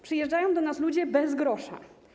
Przyjeżdżają do nas ludzie bez grosza.